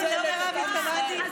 לא אמרתי לך,